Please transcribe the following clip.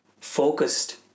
focused